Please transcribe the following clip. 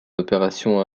opération